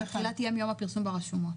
התחילה תהיה מיום הפרסום ברשומות.